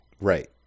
Right